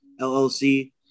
LLC